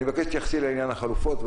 אני מבקש שתתייחסי לעניין החלופות,